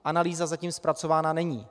Analýza zatím zpracovaná není.